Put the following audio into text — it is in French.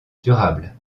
durable